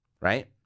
right